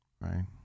Right